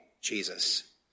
Jesus